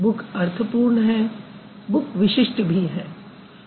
book अर्थ पूर्ण है बुक विशिष्ट भी है